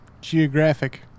Geographic